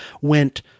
went